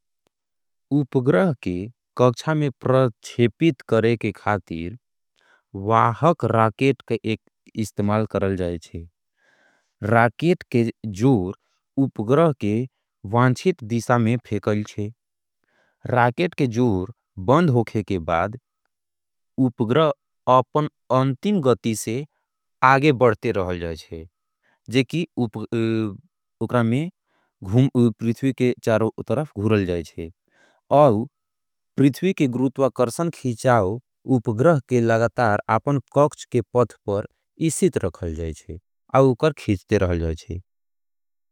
उपग्रह के कक्षा में प्रख्षेपीत करे के खारतीर वाहक राकेट के एक इस्तेमाल करल जायेज़े। राकेट के जोर उपग्रह के वांचित दिशा में फेकलचे। राकेट के जोर बंध होखे के बाद उपग्रह अपन अन्तिम गति से आगे बढ़ते रहल जायेज़े। जेकि उपग्रह में प्रिथ्वी के चारो तरफ घूरल जायेज़े। आउ प्रिथ्वी के गुरूत्वा करसन खीचाओ उपग्रह के लगातार आपन काक्ष के पध पर इशित रखल जायेज़े। आउ कर खीचते रहल जायेज़े।